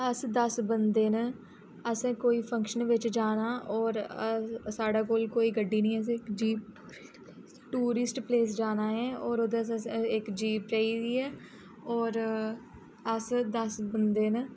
अस दस बंदे न असें कोई फंगशन बिच्च जाना होर साढ़ै कोई कोई गड्डी नी असें इक जीप ट्युरिस्ट प्लेस जाना ऐ होर असें इक जीप चाहिदी ऐ होर अस दस बंदे न